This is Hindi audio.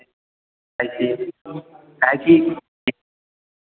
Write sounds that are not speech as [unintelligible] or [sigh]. [unintelligible] काहे कि